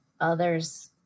others